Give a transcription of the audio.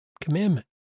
commandment